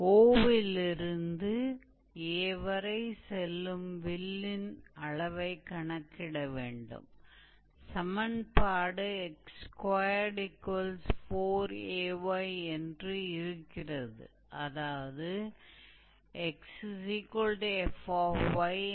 तो आवश्यक आर्क लंबाई 0 से 2a तक होगी तो इंटेग्रल यह 2a है और यह a है